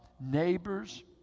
neighbors